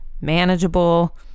manageable